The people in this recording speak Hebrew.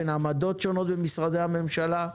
בין עמדות שונות במשרדי הממשלה,